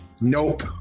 Nope